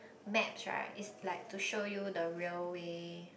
maps right is like to show you the railway